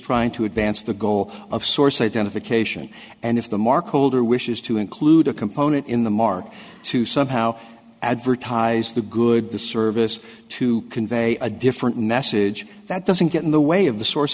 trying to advance the goal of source identification and if the market or wishes to include a component in the market to somehow advertise the good the service to convey a different message that doesn't get in the way of the source